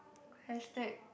hashtag